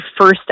first